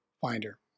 finder